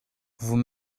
vous